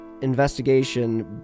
investigation